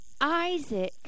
Isaac